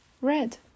red